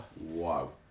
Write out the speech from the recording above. Wow